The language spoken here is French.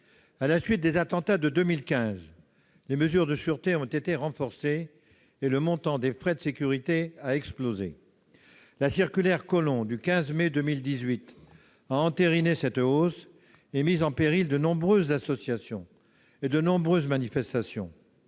À la suite des attentats de 2015, les mesures de sûreté ont été renforcées et le montant des frais de sécurité a explosé. La circulaire Collomb du 15 mai 2018 a entériné cette hausse et mis en péril de nombreuses associations et manifestations.